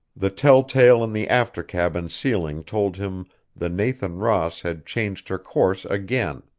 the telltale in the after cabin ceiling told him the nathan ross had changed her course again.